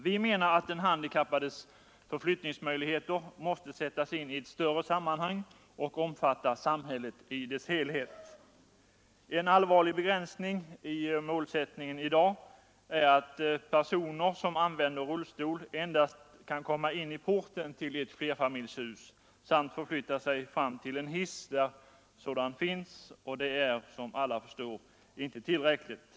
Vi menar att den handikappades förflyttningsmöjligheter måste sättas in i ett större sammanhang och omfatta samhället i dess helhet. En allvarlig begränsning i målsättningen i dag är att personer som använder rullstol endast kan komma in i porten till ett flerfamiljshus samt förflytta sig fram till en hiss, där sådan finns, och det är som alla förstår inte Nr 34 tillräckligt.